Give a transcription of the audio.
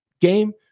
game